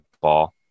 ball